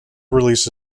release